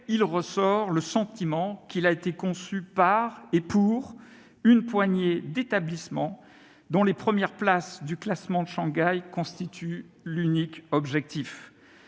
il ressort le sentiment qu'il a été conçu par et pour une poignée d'établissements dont les premières places au classement de Shanghai constituent l'unique objectif.